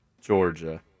Georgia